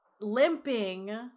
limping